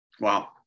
Wow